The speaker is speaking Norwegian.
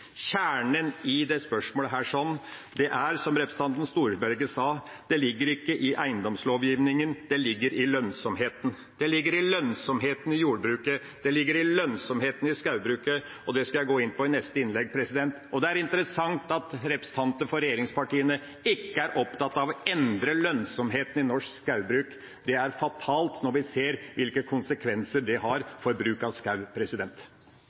kjernen i dette spørsmål ligger ikke i eiendomslovgivningen; det ligger i lønnsomheten. Det ligger i lønnsomheten i jordbruket, det ligger i lønnsomheten i skogbruket, og det skal jeg gå inn på i neste innlegg. Det er interessant at representanter for regjeringspartiene ikke er opptatt av å endre lønnsomheten i norsk skogbruk. Det er fatalt når vi ser hvilke konsekvenser det har for bruken av